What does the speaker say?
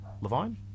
Levine